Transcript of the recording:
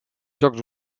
jocs